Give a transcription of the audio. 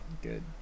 Good